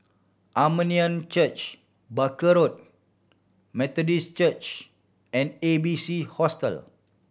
Armenian Church Barker Road Methodist Church and A B C Hostel